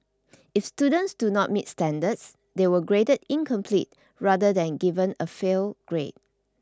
if students do not meet standards they were graded incomplete rather than given a fail grade